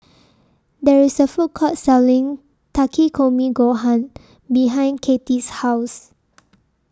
There IS A Food Court Selling Takikomi Gohan behind Kathi's House